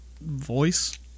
voice